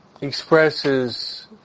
expresses